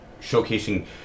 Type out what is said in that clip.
showcasing